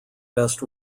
best